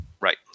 Right